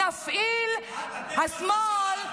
נפעיל -- מי זה השמאל?